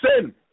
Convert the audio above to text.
sin